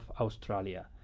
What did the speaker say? Australia